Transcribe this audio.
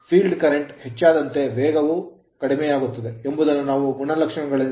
Field current ಕ್ಷೇತ್ರ current ಹೆಚ್ಚಾದಂತೆ ವೇಗವು ಕಡಿಮೆಯಾಗುತ್ತದೆ ಎಂಬುದನ್ನು ನಾವು ಗುಣಲಕ್ಷಣದಿಂದ ನೋಡಬಹುದು